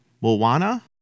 Moana